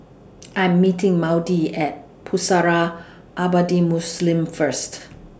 I Am meeting Maudie At Pusara Abadi Muslim First